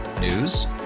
News